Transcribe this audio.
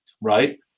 right